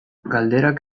galderak